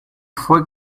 fue